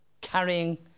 carrying